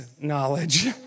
knowledge